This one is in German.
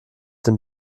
den